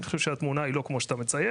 אני חושב שהתמונה היא לא בדיוק כמו שאתה מצייר,